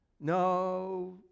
No